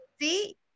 See